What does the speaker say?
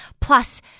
Plus